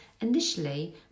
initially